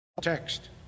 Text